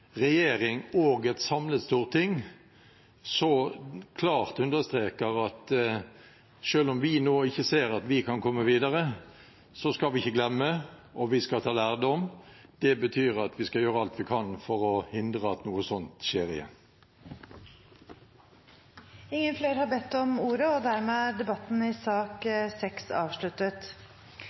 og et samlet storting så klart understreker at selv om vi nå ikke ser at vi kan komme videre, skal vi ikke glemme, og vi skal ta lærdom. Det betyr at vi skal gjøre alt vi kan for å hindre at noe sånt skjer igjen. Flere har ikke bedt om ordet